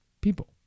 people